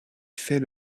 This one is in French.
fait